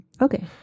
Okay